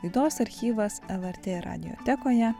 laidos archyvas lrt radiotekoje